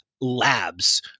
labs